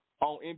on